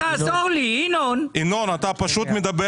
ינון, אתה מדבר